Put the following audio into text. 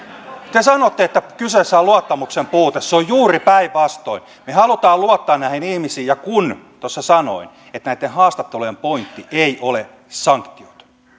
te sanotte että kyseessä on luottamuksen puute se on juuri päinvastoin me haluamme luottaa näihin ihmisiin ja kun tuossa sanoin että näitten haastattelujen pointti ei ole sanktiot